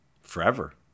forever